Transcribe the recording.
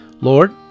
Lord